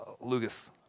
Lucas